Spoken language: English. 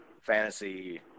fantasy